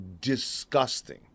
disgusting